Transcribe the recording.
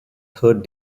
third